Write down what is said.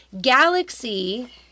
Galaxy